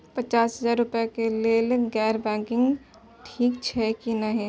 पचास हजार रुपए के लेल गैर बैंकिंग ठिक छै कि नहिं?